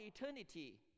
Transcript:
eternity